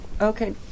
okay